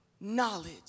knowledge